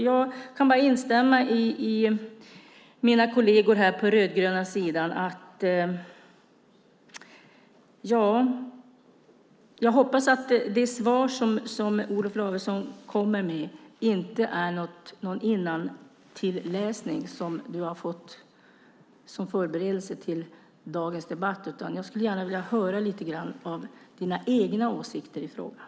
Jag kan bara instämma i vad mina kolleger på den rödgröna sidan har sagt. Jag hoppas att det svar, Olof Lavesson, som du kommer med inte är någon innantilläsning som du har fått som förberedelse till dagens debatt. Jag skulle gärna vilja höra lite grann av dina egna åsikter i frågan.